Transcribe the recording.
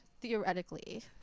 theoretically